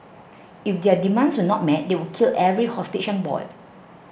if their demands were not met they would kill every hostage on board